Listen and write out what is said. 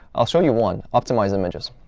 i'll show you one optimize images.